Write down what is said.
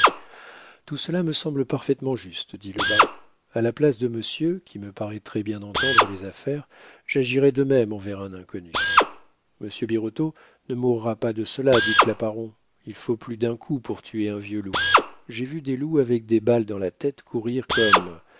tout cela me semble parfaitement juste dit lebas a la place de monsieur qui me paraît très-bien entendre les affaires j'agirais de même envers un inconnu monsieur birotteau ne mourra pas de cela dit claparon il faut plus d'un coup pour tuer un vieux loup j'ai vu des loups avec des balles dans la tête courir comme